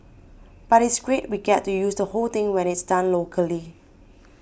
but it's great we get to use the whole thing when it's done locally